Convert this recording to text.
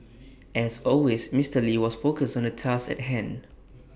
as always Mister lee was focused on the task at hand